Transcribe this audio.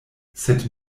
sed